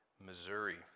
Missouri